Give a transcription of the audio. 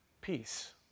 peace